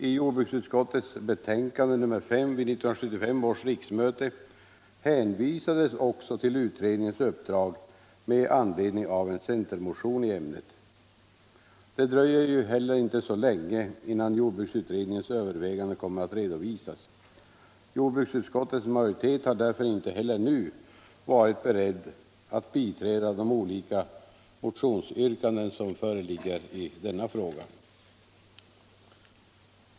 I jordbruksutskottets betänkande nr 5 till 1975 års riksmöte hänvisades också till utredningens uppdrag, med anledning av en centermotion i ämnet. Det dröjer ju heller inte så länge innan jordbruksutredningens överväganden kommer att re — Jordbruksreglering, dovisas. Jordbruksutskottets majoritet har därför inte heller nu varit be = m.m. redd att biträda de olika motionsyrkanden som föreligger i denna fråga.